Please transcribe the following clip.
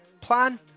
Plan